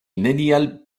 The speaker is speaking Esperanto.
neniel